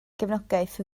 gefnogaeth